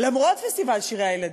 למרות פסטיבל שירי הילדים.